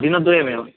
दिनद्वयमेव